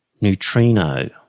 neutrino